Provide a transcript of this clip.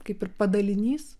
kaip ir padalinys